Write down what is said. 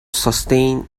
sustained